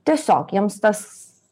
tiesiog jiems tas